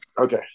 Okay